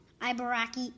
Ibaraki